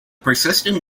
persistent